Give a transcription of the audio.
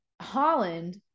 Holland